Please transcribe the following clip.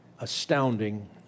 astounding